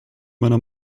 meiner